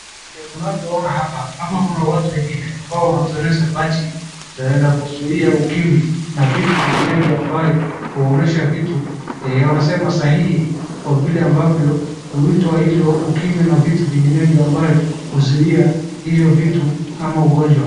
Vile tunavyoona hapa, hapa kuna watu wengine ambao wanatuonyesha bachi ya kuzuia ukimwi na vitu vinginevyo ambaye huonyesha vitu, wanasema sahii kwa vile ambavyo huitwa hizo ukimwi na vitu vinginevyo ambaye huzuia hiyo vitu ama ugonjwa.